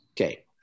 Okay